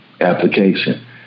Application